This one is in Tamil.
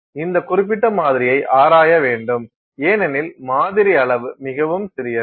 இந்த குறிப்பிட்ட மாதிரியை ஆராய வேண்டும் ஏனெனில் மாதிரி அளவு மிகவும் சிறியது